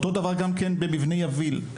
אותו דבר גם כן במבנה יביל,